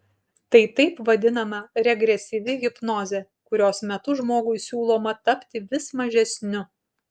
tai taip vadinama regresyvi hipnozė kurios metu žmogui siūloma tapti vis mažesniu